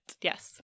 Yes